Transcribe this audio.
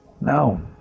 No